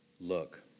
Look